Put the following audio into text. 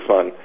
Fun